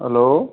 hello